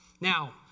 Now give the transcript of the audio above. Now